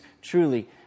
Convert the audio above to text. truly